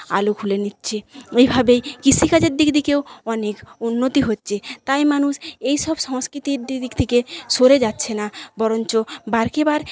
আলু খুলে নিচ্ছে এইভাবে কৃষিকাজের দিক দিয়েও অনেক উন্নতি হচ্ছে তাই মানুষ এইসব সংস্কৃতির দিক দিয়ে সরে যাচ্ছেনা বরঞ্চ বারবার